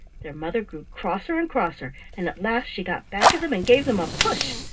their mother grew crosser and crosser, and at last she got back of them and gave them a push,